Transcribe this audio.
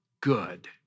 good